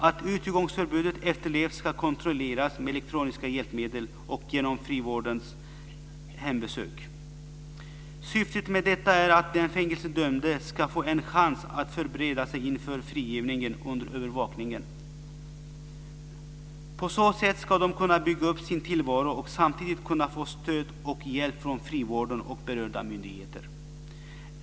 Att utegångsförbudet efterlevs ska kontrolleras med elektroniska hjälpmedel och genom frivårdens hembesök. Syftet med detta är att de fängelsedömda ska få en chans att förbereda sig inför frigivningen under övervakning. På så sätt ska de kunna bygga upp sin tillvaro och samtidigt kunna få stöd och hjälp från frivården och berörda myndigheter.